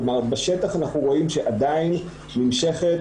כלומר בשטח אנחנו רואים שעדיין נמשכת